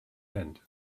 end